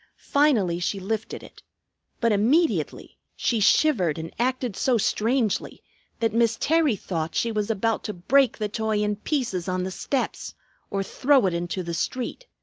finally she lifted it but immediately she shivered and acted so strangely that miss terry thought she was about to break the toy in pieces on the steps or throw it into the street.